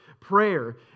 prayer